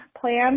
plan